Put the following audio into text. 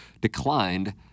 declined